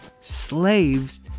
slaves